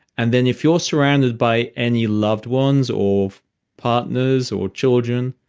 and then if you're surrounded by any loved ones or partners or children,